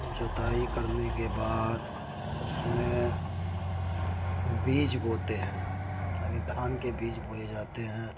جوتائی کرنے کے بعد اس میں بیج بوتے ہیں یعنی دھان کے بیج بوئے جاتے ہیں